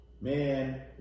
man